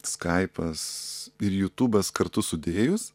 skaipas ir jutubas kartu sudėjus